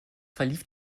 verlief